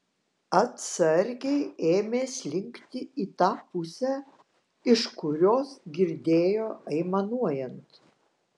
atsargiai ėmė slinkti į tą pusę iš kurios girdėjo aimanuojant